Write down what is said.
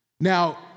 Now